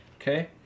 okay